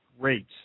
great